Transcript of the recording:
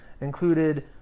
included